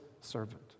servant